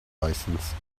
license